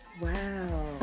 Wow